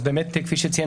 כפי שציין